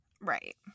Right